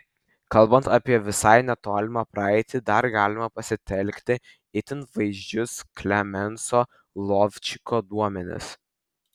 kalbant apie visai netolimą praeitį dar galima pasitelkti itin vaizdžius klemenso lovčiko duomenis